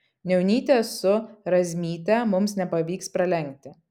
niaunytės su razmyte mums nepavyks pralenkti